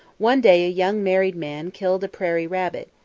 one day a young married man killed a prairie rabbit.